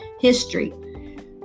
history